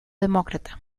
demócrata